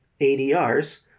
ADRs